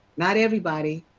not everybody,